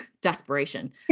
desperation